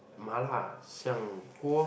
麻辣香锅